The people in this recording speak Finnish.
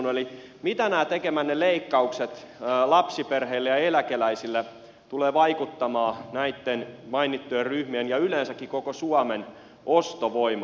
mitä nämä tekemänne leikkaukset lapsiperheille ja eläkeläisille tulevat vaikuttamaan näitten mainittujen ryhmien ja yleensäkin koko suomen ostovoimaan